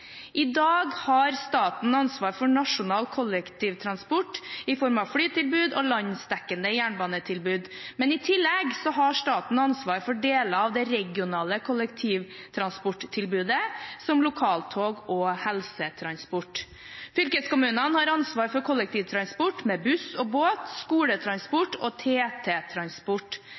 I dag har staten ansvar for nasjonal kollektivtransport i form av flytilbud og landsdekkende jernbanetilbud. I tillegg har staten ansvar for deler av det regionale kollektivtransporttilbudet, som lokaltog og helsetransport. Fylkeskommunene har ansvar for kollektivtransport med buss og båt,